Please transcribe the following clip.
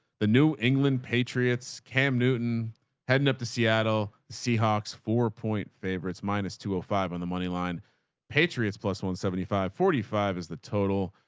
the new england patriots cam newton heading up the seattle seahawks four point favorites minus two oh five on the moneyline patriots. plus one seventy five forty five as the total.